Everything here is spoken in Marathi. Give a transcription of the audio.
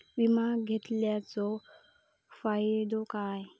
विमा घेतल्याचो फाईदो काय?